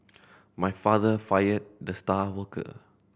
my father fired the star worker